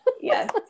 yes